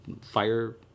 fire